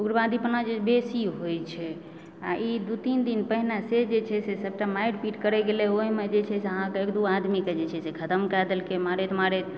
उग्रवादीपना बेसी होइत छै आ ई दू तीन दिन पहिने से जे छै से सबटा मारि पीट करै गेलै ओहिमे जे छै से अहाँकेँ एक दू आदमीके जे छै से खतम कए देलकै मारैत मारैत